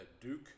Duke